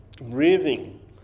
Breathing